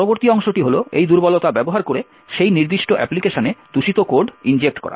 পরবর্তী অংশটি হল এই দুর্বলতা ব্যবহার করে সেই নির্দিষ্ট অ্যাপ্লিকেশনে দূষিত কোড ইনজেক্ট করা